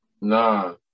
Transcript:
Nah